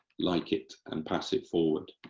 like it and pass it forward,